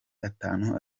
atanu